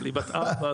אבל היא בת ארבע,